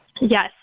Yes